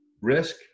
risk